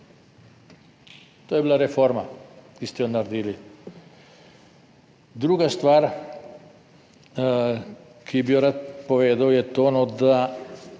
To je bila reforma, ki ste jo naredili. Druga stvar, ki bi jo rad povedal je to, da